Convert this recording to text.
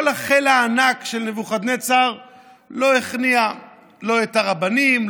כל החיל הענק של נבוכדנצר לא הכניע לא את הרבנים,